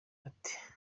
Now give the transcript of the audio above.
ati